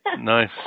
Nice